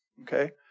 Okay